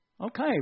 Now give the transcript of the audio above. Okay